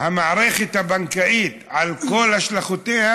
המערכת הבנקאית על כל השלכותיה,